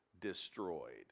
destroyed